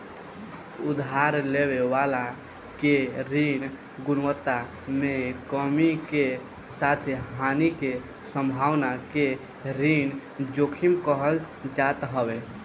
उधार लेवे वाला के ऋण गुणवत्ता में कमी के साथे हानि के संभावना के ऋण जोखिम कहल जात हवे